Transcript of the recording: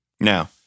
Now